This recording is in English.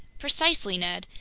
precisely, ned.